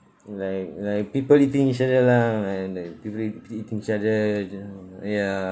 like like people eating each other lah and like people eat eating each other you know ya